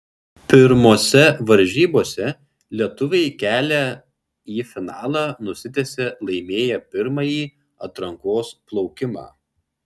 pirmose varžybose lietuviai kelią į finalą nusitiesė laimėję pirmąjį atrankos plaukimą